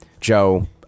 Joe